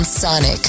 Sonic